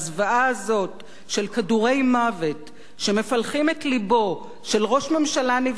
כדורי מוות שמפלחים את לבו של ראש ממשלה נבחר ושנועדו